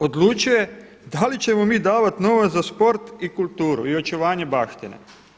Odlučuje da li ćemo mi davati novac za sport i kulturu i očuvanje baštine.